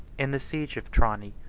in the siege of trani,